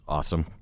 Awesome